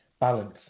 Balance